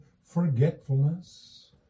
forgetfulness